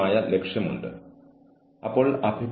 സഹായത്തിനായി അവർ എന്തിന് നിങ്ങളെ സമീപിക്കണം